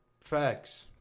Facts